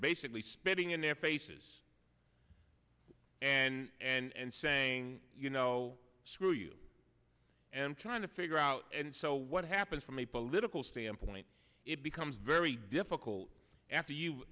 basically spitting in their faces and saying you know screw you and trying to figure out and so what happens from a political standpoint it becomes very difficult after you